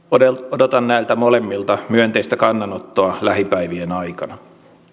odotan näiltä molemmilta myönteistä kannanottoa lähipäivien aikana